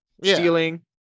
Stealing